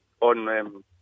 On